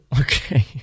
okay